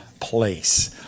place